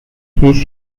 his